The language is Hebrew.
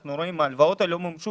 אנחנו רואים שההלוואות האלה לא מומשו